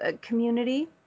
community